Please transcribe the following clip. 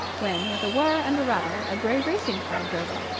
when, with a whirr and a rattle, a grey racing-car drove up,